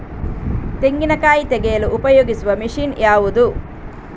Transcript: ತೆಂಗಿನಕಾಯಿ ತೆಗೆಯಲು ಉಪಯೋಗಿಸುವ ಮಷೀನ್ ಯಾವುದು?